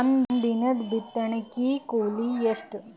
ಒಂದಿನದ ಬಿತ್ತಣಕಿ ಕೂಲಿ ಎಷ್ಟ?